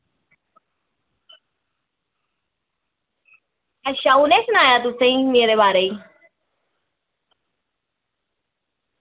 अच्छा उ'नें सनाया तुसें ई मेरे बारे च